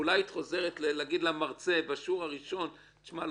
אולי היית חוזרת להגיד למרצה בשיעור הראשון: תשמע,